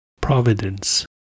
Providence